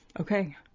Okay